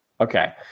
Okay